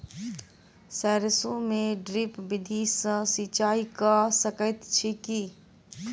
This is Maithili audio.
सैरसो मे ड्रिप विधि सँ सिंचाई कऽ सकैत छी की?